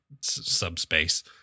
Subspace